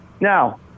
Now